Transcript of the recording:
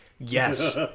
Yes